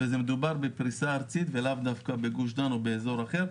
מדובר בפריסה ארצית ולאו דווקא בגוש דן או באזור אחר,